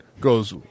goes